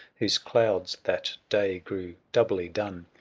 whose clouds that day grew doubly dun,